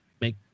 make